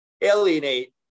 alienate